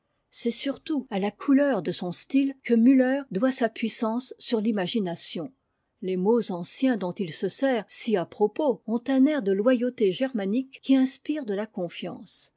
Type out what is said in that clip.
c'est surtout à la couleur de son style que müller doit sa puissance sur l'imagination les mots anciens dont it se sert si à propos ont un air de loyauté germanique qui inspire de la concance